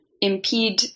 impede